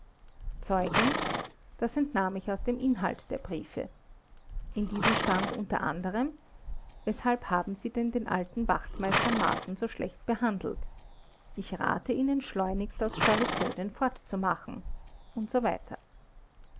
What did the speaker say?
zeugin das entnahm ich aus dem inhalt der briefe in diesen stand u a weshalb haben sie denn den alten wachtmeister marten so schlecht behandelt ich rate ihnen schleunigst aus stallupönen fortzumachen usw